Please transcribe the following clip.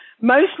mostly